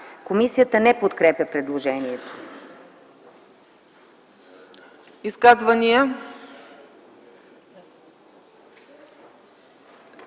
Комисията не подкрепя предложението.